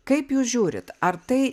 kaip jūs žiūrit ar tai